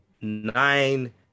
nine